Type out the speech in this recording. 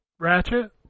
Ratchet